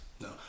No